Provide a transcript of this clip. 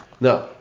Now